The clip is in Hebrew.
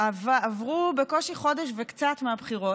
עברו בקושי חודש וקצת מהבחירות,